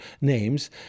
names